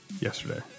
yesterday